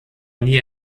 nie